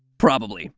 probably.